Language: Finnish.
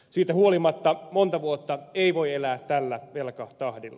siitä huolimatta monta vuotta ei voi elää tällä velkatahdilla